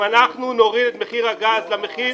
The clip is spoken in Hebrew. אם אנחנו נוריד את מחיר הגז למחיר,